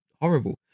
horrible